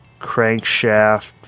Crankshaft